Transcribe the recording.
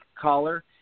Caller